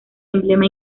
emblema